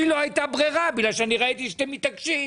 לי לא הייתה ברירה בגלל שאני ראיתי שאתם מתעקשים.